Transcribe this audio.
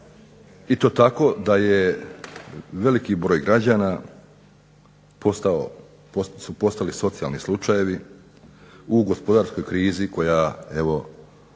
i to tako da je veliki broj građana su postali socijalni slučajevi, u gospodarskoj krizi koja evo